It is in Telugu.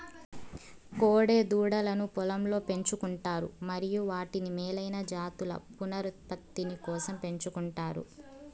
కోడె దూడలను పొలంలో పెంచు కుంటారు మరియు వాటిని మేలైన జాతుల పునరుత్పత్తి కోసం పెంచుకుంటారు